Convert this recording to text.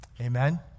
Amen